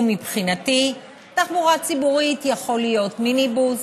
ומבחינתי תחבורה ציבורית יכולה להיות מיניבוס,